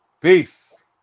Peace